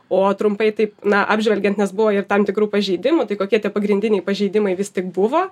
o trumpai taip na apžvelgiant nes buvo ir tam tikrų pažeidimų tai kokie tie pagrindiniai pažeidimai vis tik buvo